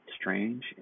strange